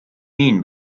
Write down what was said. mean